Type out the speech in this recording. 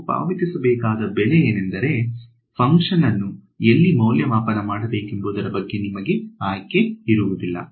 ನೀವು ಪಾವತಿಸಬೇಕಾದ ಬೆಲೆ ಏನೆಂದರೆ ಫಂಕ್ಷನ್ ಅನ್ನು ಎಲ್ಲಿ ಮೌಲ್ಯಮಾಪನ ಮಾಡಬೇಕೆಂಬುದರ ಬಗ್ಗೆ ನಿಮಗೆ ಆಯ್ಕೆ ಇರುವುದಿಲ್ಲ